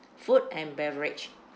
food and beverage